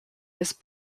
was